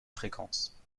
fréquence